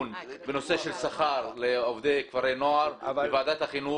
בנושא של שכר לעובדי כפרי נוער בוועדת החינוך,